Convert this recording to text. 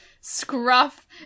scruff